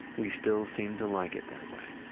we still seem to like it that way